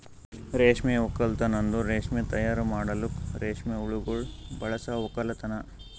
ರೇಷ್ಮೆ ಒಕ್ಕಲ್ತನ್ ಅಂದುರ್ ರೇಷ್ಮೆ ತೈಯಾರ್ ಮಾಡಲುಕ್ ರೇಷ್ಮೆ ಹುಳಗೊಳ್ ಬಳಸ ಒಕ್ಕಲತನ